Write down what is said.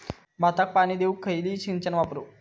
भाताक पाणी देऊक खयली सिंचन वापरू?